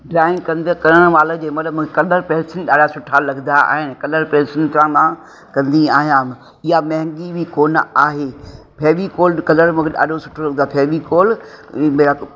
drawing कंदे करण महिल जे महिल कलर पेंसिल ॾाढा सुठा लॻंदा आहिनि कलर पेंसिल सां मां कंदी आहियां इहा महांगी बि कोन आहे फेविकोल कलर मूंखे ॾाढो सुठो लॻंदो आहे फेविकोल ॿिया